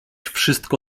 wszystko